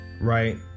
Right